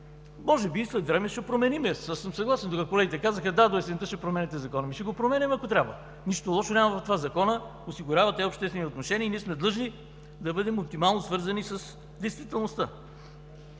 Може би след време ще променим – тук съм съгласен с колегите, които казаха: „Да, до есента ще промените Закона.“ Да, ще го променяме, ако трябва. Нищо лошо няма в това. Законът осигурява тези обществени отношения и ние сме длъжни да бъдем оптимално свързани с действителността.